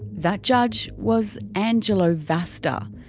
that judge was angelo vasta.